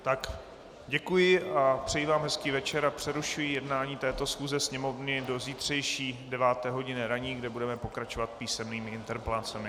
Tak děkuji a přeji vám hezký večer a přerušuji jednání této schůze Sněmovny do zítřejší deváté hodiny ranní, kdy budeme pokračovat písemnými interpelacemi.